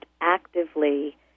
actively